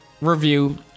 review